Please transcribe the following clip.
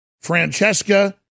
Francesca